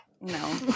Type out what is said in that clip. No